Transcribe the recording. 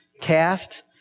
Cast